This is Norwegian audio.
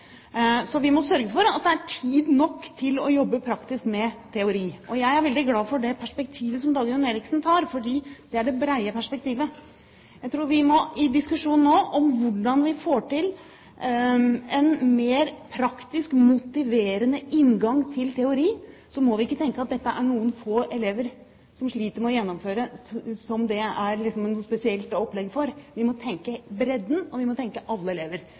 Så vi må sørge for at det er tid nok til å jobbe praktisk med teori. Jeg er veldig glad for det perspektivet Dagrun Eriksen har, for det er det brede perspektivet. Jeg tror vi i diskusjonen nå om hvordan vi får til en mer praktisk motiverende inngang til teori, ikke må tenke at det er et spesielt opplegg for noen få elever som sliter med å gjennomføre. Vi må tenke bredde, og vi må tenke alle elever.